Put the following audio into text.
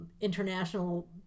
international